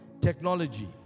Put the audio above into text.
technology